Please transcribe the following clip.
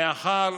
מאחר,